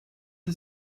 the